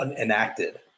enacted